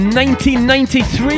1993